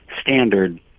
standard